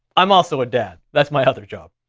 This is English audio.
i'm also a dad, that's my other job.